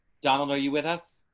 donald. are you with us.